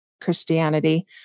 Christianity